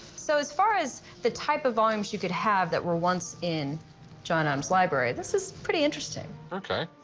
so as far as the type of volumes you could have that were once in john adams' library, this is pretty interesting. ok.